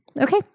Okay